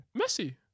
Messi